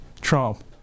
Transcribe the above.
Trump